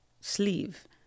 sleeve